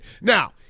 Now